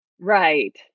Right